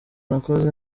nakoze